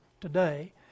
today